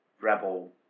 rebel